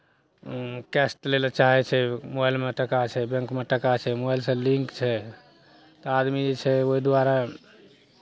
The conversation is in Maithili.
कैश लै लेल चाहै छै मोबाइलमे टाका छै बैंकमे टाका छै मोबाइलसँ लिंक छै तऽ आदमी जे छै ओहि दुआरे